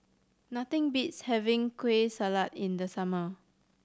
nothing beats having Kueh Salat in the summer